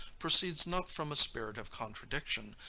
proceeds not from a spirit of contradiction,